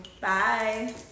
Bye